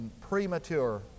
premature